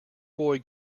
boy